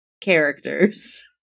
characters